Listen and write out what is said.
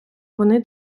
вони